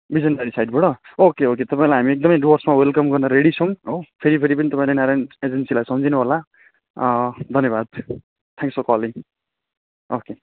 बिजनबारी साइडबाट okay okay तपाईँलाई हामी एकदम डुवर्समा वेलकम गर्नु रेडी छौँ हो फेरि फेरि पनि तपाईँले नारायण एजेन्सीलाई सम्झनु होला धन्यवाद थ्याङ्क्स फर कलिङ ओके